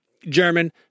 German